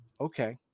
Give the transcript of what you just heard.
okay